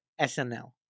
snl